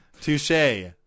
Touche